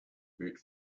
boot